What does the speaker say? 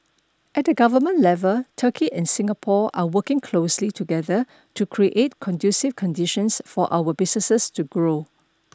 at the government level Turkey and Singapore are working closely together to create conducive conditions for our businesses to grow